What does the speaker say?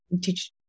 teach